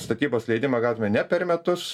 statybos leidimą gautume ne per metus